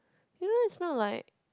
you know it's not like